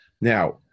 Now